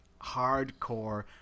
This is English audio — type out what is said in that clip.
hardcore